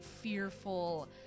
fearful